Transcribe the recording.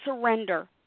surrender